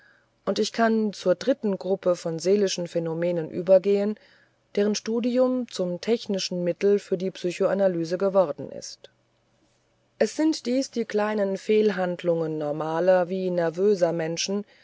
und ich kann zur dritten gruppe von seelischen phänomenen übergehen deren studium zum technischen mittel für die psychoanalyse geworden ist es sind dies die kleinen fehlhandlungen normaler wie nervöser menschen